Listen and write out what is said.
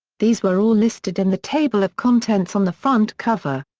these were all listed in the table of contents on the front cover.